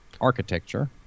architecture